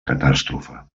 catàstrofe